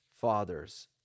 fathers